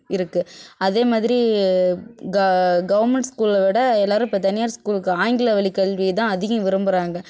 இருக்குது அதே மாதிரி க கவர்ன்மெண்ட் ஸ்கூலை விட எல்லாேரும் இப்போ தனியார் ஸ்கூலுக்கு ஆங்கில வழிக்கல்வி தான் அதிகம் விரும்புகிறாங்க